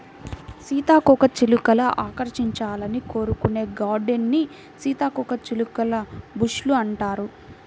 సీతాకోకచిలుకలు ఆకర్షించాలని కోరుకునే గార్డెన్స్ ని సీతాకోకచిలుక బుష్ లు అంటారు